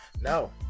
No